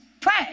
pray